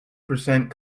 percent